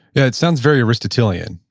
yeah it sounds very aristotelianism,